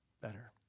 better